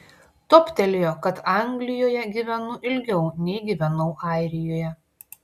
toptelėjo kad anglijoje gyvenu ilgiau nei gyvenau airijoje